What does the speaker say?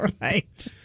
Right